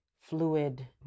fluid